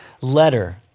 letter